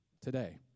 Today